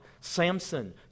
Samson